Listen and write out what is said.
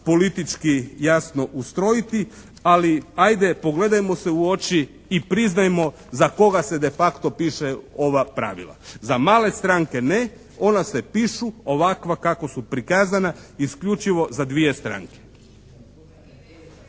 politički jasno ustrojiti, ali ajde pogledajmo se u oči i priznajmo za koga se de facto piše ova pravila. Za male stranke ne, ona se pišu ovakva kakva su prikazana isključivo za dvije stranke.